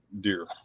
deer